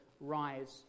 rise